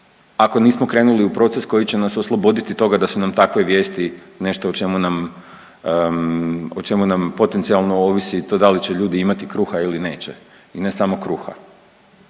ako nismo krenuli u proces koji će nas osloboditi toga da su nam takve vijesti nešto o čemu nam, o čemu nam potencijalno ovisi to da li će ljudi imati kruha ili neće i ne samo kruha.